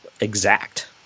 exact